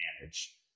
manage